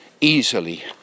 easily